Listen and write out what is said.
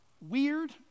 weird